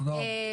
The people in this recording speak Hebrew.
תודה רבה.